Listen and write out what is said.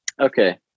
Okay